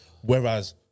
whereas